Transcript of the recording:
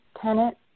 tenant